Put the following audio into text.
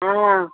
ಹಾಂ